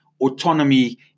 autonomy